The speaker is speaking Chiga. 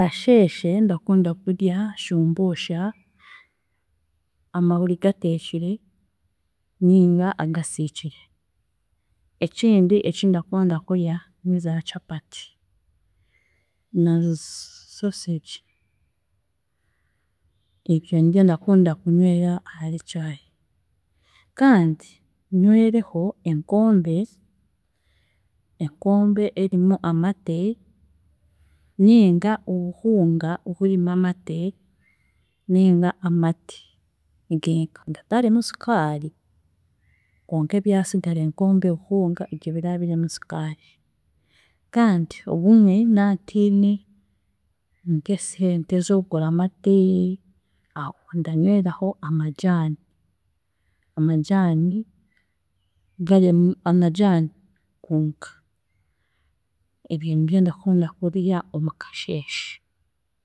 Omu kasheeshe ndakunda kurya shumbuusha, amahuri gateekire ninga agasiikire. Ekindi ekindakunda kurya niza charpat na sausage, ebyo nibyo ndakunda kunywera ahari chai, kandi nywereho enkombe, enkombe erimu amate ninga obuhunga burimu amate ninga amate genka gatarimu sukaari konka ebyasigara; enkombe, obuhunga ebyo biraba birimu sukaari kandi obumwe nantiine nk'esente z'okugura amate, aho ndanyweraho amajaani. Amajaani garimu, amajaani gonka ebi nibyo ndakunda kurya omu kasheeshe.